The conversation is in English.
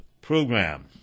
program